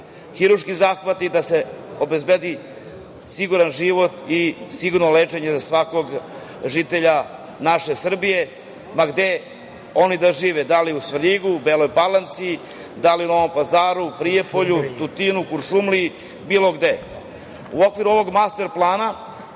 hirurški zahvati, da se obezbedi siguran život i sigurno lečenje za svakog žitelja naše Srbije, ma gde oni da žive da li u Svrljigu, Beloj Palanci, da li u Novom Pazaru, Prijepolju, Tutinu, Kuršumliji, bilo gde.U okviru ovog Master plana